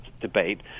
debate